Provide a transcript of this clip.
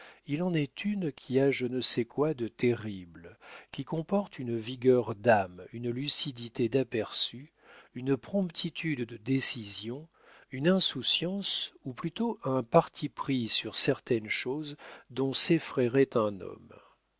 il en est une qui a je ne sais quoi de terrible qui comporte une vigueur d'âme une lucidité d'aperçus une promptitude de décision une insouciance ou plutôt un parti pris sur certaines choses dont s'effraierait un homme